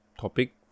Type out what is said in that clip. topic